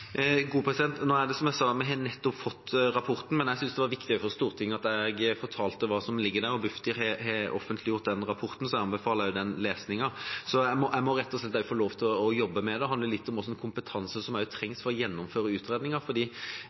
Nå har vi nettopp fått rapporten – som jeg sa – men jeg syntes det var viktig for Stortinget at jeg fortalte hva som står i den. Bufdir har offentliggjort den rapporten, og jeg anbefaler den lesningen. Jeg må rett og slett få lov til å jobbe med det. Det handler også litt om hvilken kompetanse som trengs for å gjennomføre